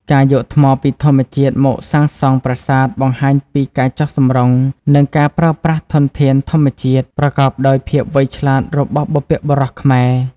ការយកថ្មពីធម្មជាតិមកសាងសង់ប្រាសាទ បង្ហាញពី ការចុះសម្រុង និងការប្រើប្រាស់ធនធានធម្មជាតិ ប្រកបដោយភាពវៃឆ្លាតរបស់បុព្វបុរសខ្មែរ។